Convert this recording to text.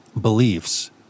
beliefs